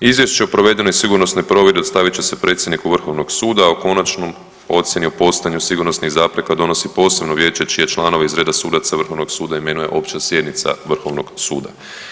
Izvješće o provedenoj sigurnosnoj provjeri dostavit će se predsjedniku vrhovnog suda, a o konačnoj ocijeni o postojanju sigurnosnih zapreka donosi posebno vijeće čije članove iz reda sudaca vrhovnog suda imenuje opća sjednica vrhovnog suda.